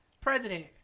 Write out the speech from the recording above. president